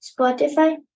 Spotify